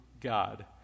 God